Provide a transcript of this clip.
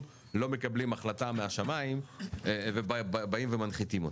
לא מקבלים החלטה מהשמיים ובאים ומנחיתים אותה.